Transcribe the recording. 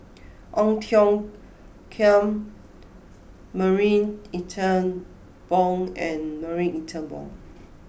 Ong Tiong Khiam Marie Ethel Bong and Marie Ethel Bong